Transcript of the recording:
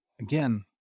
Again